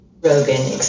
rogan